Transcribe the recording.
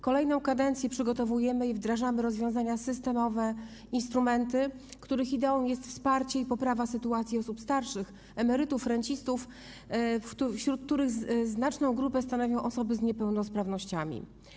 Kolejną kadencję przygotowujemy i wdrażamy rozwiązania systemowe, instrumenty, których ideą jest wsparcie i poprawa sytuacji osób starszych, emerytów, rencistów, wśród których znaczną grupę stanowią osoby z niepełnosprawnościami.